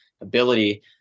ability